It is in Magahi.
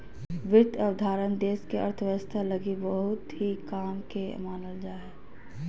वित्त अवधारणा देश के अर्थव्यवस्था लगी बहुत ही काम के मानल जा हय